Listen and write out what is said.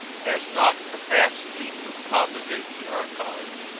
has not capacity to accommodate the archives,